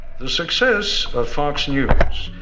the success of fox news,